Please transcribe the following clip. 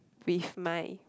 with my